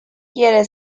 quiere